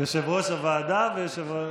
יושב-ראש הוועדה, כן.